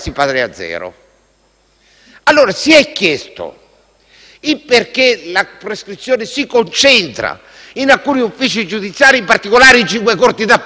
allora si è chiesto perché la prescrizione si concentra in alcuni uffici giudiziari, in particolare in cinque corti d'appello?